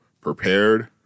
prepared